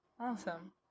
Awesome